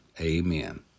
Amen